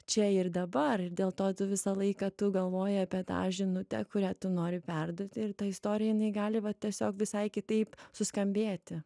čia ir dabar ir dėl to tu visą laiką tu galvoji apie tą žinutę kurią tu nori perduoti ir ta istorija jinai gali va tiesiog visai kitaip suskambėti